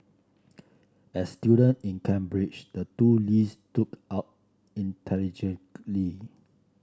as student in Cambridge the two Lees stood out intelligently